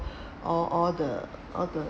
all all the all the